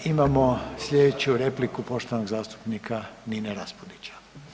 Imamo slijedeću repliku poštovanog zastupnika Nine Raspudića.